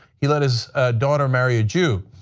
he let his daughter marry a jew.